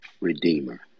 redeemer